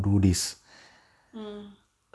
mm